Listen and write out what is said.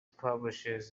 publishes